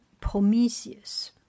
Prometheus